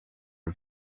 are